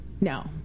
No